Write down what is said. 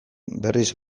berriz